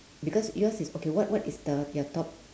because yours is okay what what is the your top